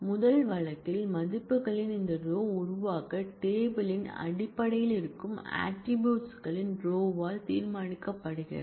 முதல் வழக்கில் மதிப்புகளின் இந்த ரோ உருவாக்க டேபிள் யின் அடிப்படையில் இருக்கும் ஆட்ரிபூட்ஸ் களின் ரோயால் தீர்மானிக்கப்படுகிறது